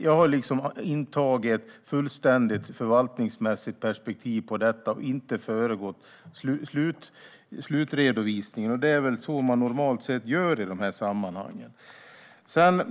Jag har intagit ett fullständigt förvaltningsmässigt perspektiv på detta och inte föregått slutredovisningen. Det är väl så man normalt sett gör i de här sammanhangen.